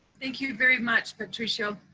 thank you very much, patricio.